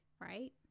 right